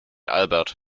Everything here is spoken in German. albert